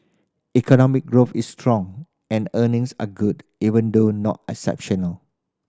economic growth is strong and earnings are good even though not exceptional